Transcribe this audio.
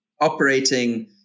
operating